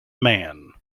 man